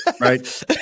right